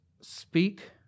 speak